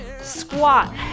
Squat